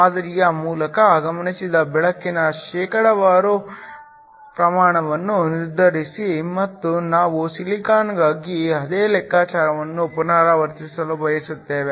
ಮಾದರಿಯ ಮೂಲಕ ಗಮನಿಸಿದ ಬೆಳಕಿನ ಶೇಕಡಾವಾರು ಪ್ರಮಾಣವನ್ನು ನಿರ್ಧರಿಸಿ ಮತ್ತು ನಾವು ಸಿಲಿಕಾನ್ ಗಾಗಿ ಅದೇ ಲೆಕ್ಕಾಚಾರವನ್ನು ಪುನರಾವರ್ತಿಸಲು ಬಯಸುತ್ತೇವೆ